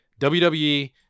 WWE